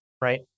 right